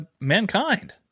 Mankind